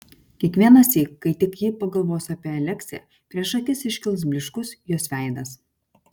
kiekvienąsyk kai tik ji pagalvos apie aleksę prieš akis iškils blyškus jos veidas